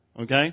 Okay